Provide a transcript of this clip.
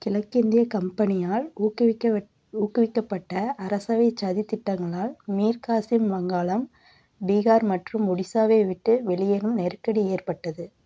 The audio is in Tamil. கிழக்கிந்திய கம்பெனியால் ஊக்குவிக்கவிட் ஊக்குவிக்கப்பட்ட அரசவைச் சதித் திட்டங்களால் மீர் காசிம் வங்காளம் பீகார் மற்றும் ஒடிசாவை விட்டு வெளியேறும் நெருக்கடி ஏற்பட்டது